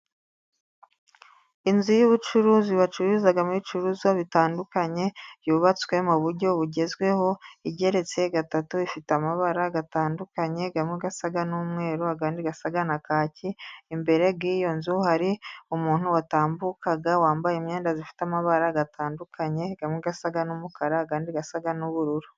Inzu y'ubucuruzi bacururizamo ibicuruzwa bitandukanye, yubatswe mu buryo bugezweho, igeretse gatatu, ifite amabara atandukanye, amwe asa n'umweru, andi asa na kaki, imbere y'iyo nzu hari umuntu watambukaga wambaye imyenda ifite amabara atandukanye, amwe asa n'umukara andi asa n'ubururu.